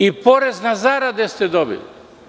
I porez na zarade ste dobili.